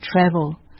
travel